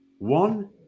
One